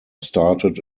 started